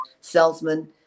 salesman